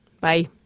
Bye